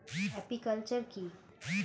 Apiculture কি?